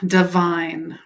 divine